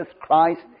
Christ